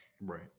Right